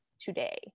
today